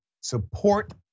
support